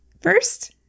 First